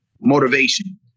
motivation